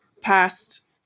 past